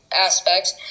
aspects